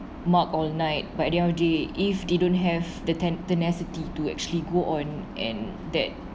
mug all night but they are they if they don't have the ten~ tenacity to actually go on and that